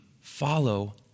follow